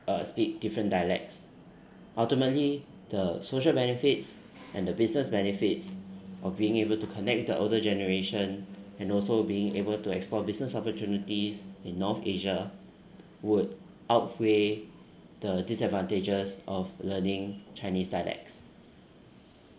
uh speak different dialects ultimately the social benefits and the business benefits of being able to connect the older generation and also being able to explore business opportunities in north asia would outweigh the disadvantages of learning chinese dialects